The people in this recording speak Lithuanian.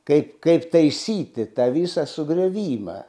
kaip kaip taisyti tą visą sugriovimą